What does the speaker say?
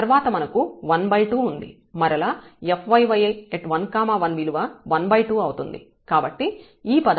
తర్వాత మనకు 12 ఉంది మరలా fyy1 1 విలువ 12 అవుతుంది కాబట్టి ఈ పదం 142 అవుతుంది